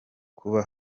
kuba